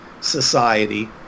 society